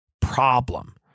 problem